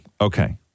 Okay